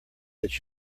that